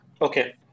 Okay